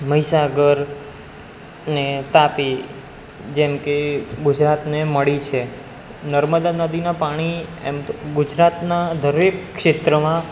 મહિસાગર ને તાપી જેમ કે ગુજરાતને મળી છે નર્મદા નદીના પાણી એમ તો ગુજરાતના દરેક ક્ષેત્રમાં